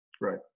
Right